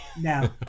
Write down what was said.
no